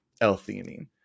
L-theanine